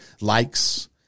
likes